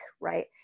right